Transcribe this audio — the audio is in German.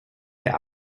der